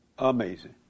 Amazing